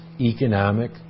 economic